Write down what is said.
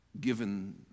given